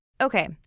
Okay